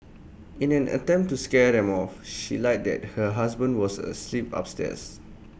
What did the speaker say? in an attempt to scare them off she lied that her husband was asleep upstairs